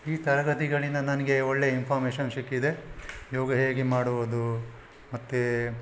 ಈ ತರಗತಿಗಳಿಂದ ನನಗೆ ಒಳ್ಳೆಯ ಇನ್ಫಾರ್ಮೇಶನ್ ಸಿಕ್ಕಿದೆ ಯೋಗ ಹೇಗೆ ಮಾಡುವುದು ಮತ್ತೆ